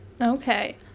okay